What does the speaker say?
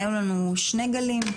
היו לנו שני גלים,